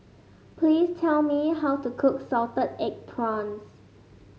please tell me how to cook Salted Egg Prawns